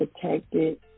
protected